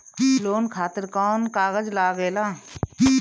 Loan खातिर कौन कागज लागेला?